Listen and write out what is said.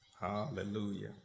Hallelujah